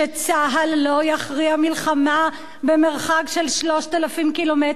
יכריע מלחמה במרחק של 3,000 ק"מ מהבית,